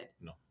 No